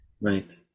Right